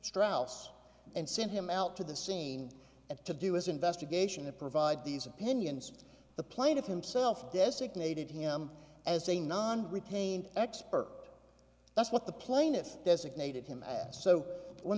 strauss and since him out to the scene of to do as investigation and provide these opinions the plaintiff himself designated him as a non retained expert that's what the plaintiff designated him so when